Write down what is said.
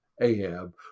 Ahab